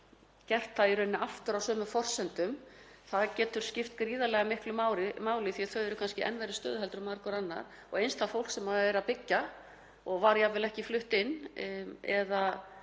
gert það í rauninni aftur á sömu forsendum. Það getur skipt gríðarlega miklu máli því að þau eru kannski í enn verri stöðu en margur annar. Eins það fólk sem er að byggja og var jafnvel ekki flutt inn eða